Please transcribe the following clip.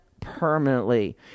permanently